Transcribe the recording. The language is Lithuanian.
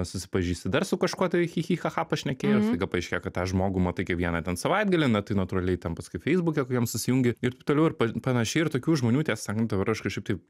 susipažįsti dar su kažkuo tai chi chi cha cha pašnekėjai ir staiga paaiškėja kad tą žmogų matai kiekvieną ten savaitgalį na tai natūraliai ten paskui feisbuke kokiam susijungi ir taip toliau ir panašiai ir tokių žmonių tiesą sakant dabar aš kažkaip taip